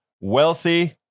wealthy